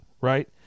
Right